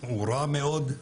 רע מאוד,